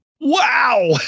wow